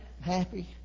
happy